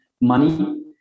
money